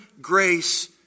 grace